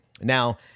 Now